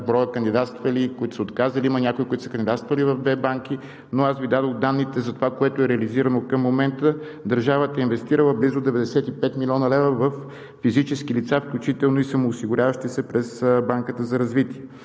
броя кандидатствали, които са се отказали. Има някои, които са кандидатствали в две банки, но аз Ви дадох данните за това, което е реализирано към момента. Държавата е инвестирала близо 95 млн. лв. във физически лица, включително и самоосигуряващи се през Банката за развитие.